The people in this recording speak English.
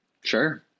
sure